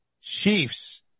Chiefs